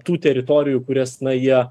tų teritorijų kurias na jie